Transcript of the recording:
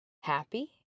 happy